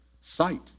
sight